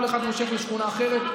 כל אחד מושך לשכונה אחרת.